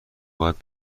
باید